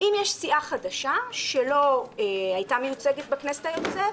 אם יש סיעה חדשה שלא הייתה מיוצגת בכנסת היוצאת,